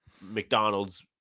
McDonald's